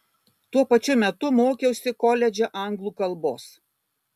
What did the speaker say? tuo pačiu metu mokiausi koledže anglų kalbos